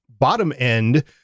bottom-end